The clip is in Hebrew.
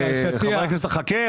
חכה.